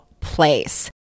place